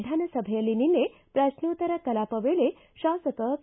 ವಿಧಾನಸಭೆಯಲ್ಲಿ ನಿನ್ನೆ ಪ್ರಶ್ನೋತ್ತರ ಕಲಾಪ ವೇಳೆ ಶಾಸಕ ಕೆ